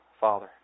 Father